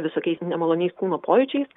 visokiais nemaloniais kūno pojūčiais